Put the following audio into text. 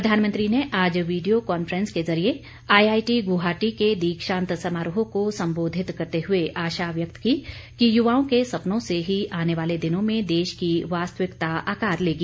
प्रधानमंत्री ने आज वीडियो कान्फ्रेंस के जरिए आई आईटी गुवाहाटी के दीक्षान्त समारोह को संबोधित करते हुए आशा व्यक्त की कि युवाओं के सपनो से ही आने वाले दिनों में देश की वास्तविकता आकार लेगी